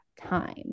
time